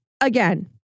again